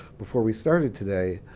before we started today.